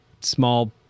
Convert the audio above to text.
small